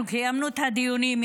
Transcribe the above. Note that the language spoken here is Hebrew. אנחנו קיימנו את הדיונים,